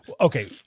okay